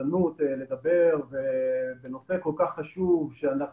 לא תופעל במלוא העוצמה שלה כשאורות רבין מופעלת במלוא העוצמה שלה.